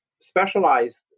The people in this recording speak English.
specialized